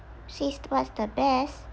seized what's the best